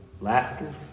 Laughter